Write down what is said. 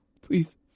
please